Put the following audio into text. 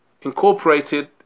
incorporated